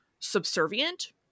subservient